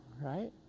right